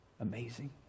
amazing